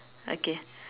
okay